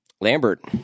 Lambert